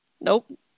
nope